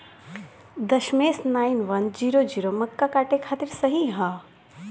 दशमेश nine one zero zero मक्का काटे खातिर सही ह?